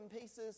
pieces